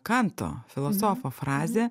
kanto filosofo frazė